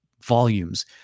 volumes